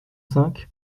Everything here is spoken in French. cinq